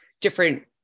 Different